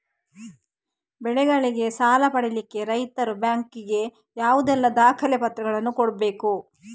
ಬೆಳೆಗಳಿಗೆ ಸಾಲ ಪಡಿಲಿಕ್ಕೆ ರೈತರು ಬ್ಯಾಂಕ್ ಗೆ ಯಾವುದೆಲ್ಲ ದಾಖಲೆಪತ್ರಗಳನ್ನು ಕೊಡ್ಬೇಕು?